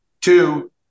Two